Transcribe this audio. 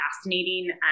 fascinating